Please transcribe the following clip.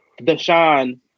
Deshaun